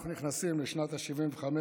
אנחנו נכנסים לשנת ה-75,